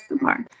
mark